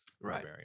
right